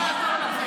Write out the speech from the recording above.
לכם.